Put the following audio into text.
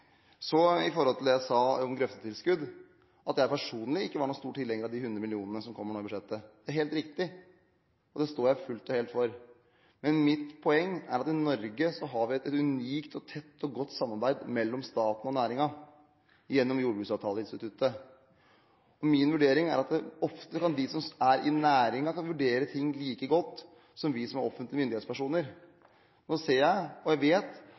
noen stor tilhenger av de 100 millionene som kommer i budsjettet nå, så er det helt riktig – det står jeg fullt og helt for. Men mitt poeng er at vi i Norge har et unikt, tett og godt samarbeid mellom staten og næringen gjennom jordbruksavtaleinstituttet. Min vurdering er at de som er i næringen ofte kan vurdere ting like godt som vi som er offentlige myndighetspersoner.